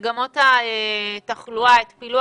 מגיעים באמת לסגר השלישי, ואז מה יהיה?